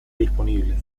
disponible